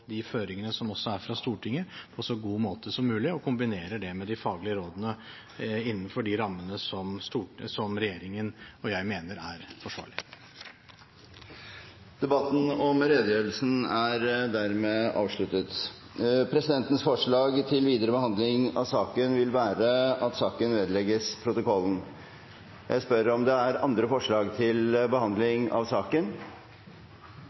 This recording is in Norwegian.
de faglige rådene innenfor de rammene som regjeringen og jeg mener er forsvarlig. Dermed er debatten om redegjørelsen avsluttet. Presidentens foreslår at saken vedlegges protokollen. Er det andre forslag til behandling av saken?